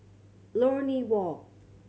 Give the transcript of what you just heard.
Lornie Walk